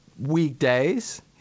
weekdays